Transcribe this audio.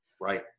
Right